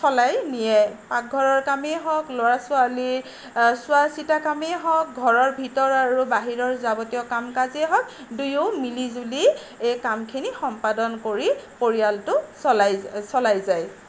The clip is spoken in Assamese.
চলাই নিয়ে পাকঘৰৰ কামেই হওক ল'ৰা ছোৱালীৰ চোৱা চিতা কামেই হওক ঘৰৰ ভিতৰ আৰু বাহিৰৰ যাৱতীয় কাম কাজেই হওক দুয়ো মিলি জুলি কামখিনি সম্পাদন কৰি পৰিয়ালটো চলাই চলাই যায়